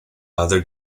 other